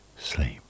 Sleep